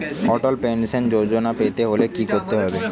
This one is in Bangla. অটল পেনশন যোজনা পেতে হলে কি করতে হবে?